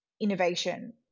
innovation